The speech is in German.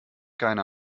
keine